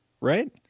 right